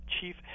chief